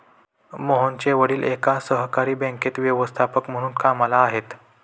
मोहनचे वडील एका सहकारी बँकेत व्यवस्थापक म्हणून कामला आहेत